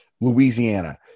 Louisiana